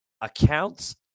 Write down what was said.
accounts